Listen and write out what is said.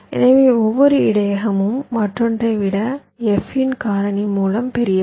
எனவே ஒவ்வொரு இடையகமும் மற்றொன்றை விட f இன் காரணி மூலம் பெரியது